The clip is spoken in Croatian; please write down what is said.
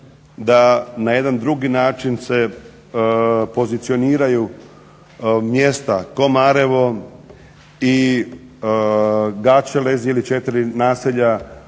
da na jedan drugi način se pozicioniraju mjesta Komarevo i Gaćelezi ili četiri naselja